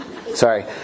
Sorry